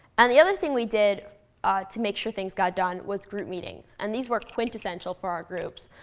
and the other thing we did to make sure things got done was group meetings. and these were quintessential for our groups.